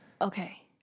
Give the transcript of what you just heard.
Okay